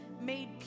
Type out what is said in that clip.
made